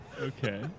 Okay